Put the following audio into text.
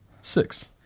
six